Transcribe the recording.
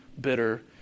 bitter